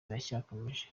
riracyakomeje